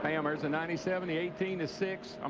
ah um ah the ninety seven, the eighteen, the six, um